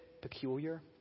peculiar